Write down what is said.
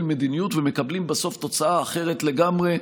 מדיניות ומקבלים בסוף תוצאה אחרת לגמרי,